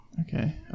Okay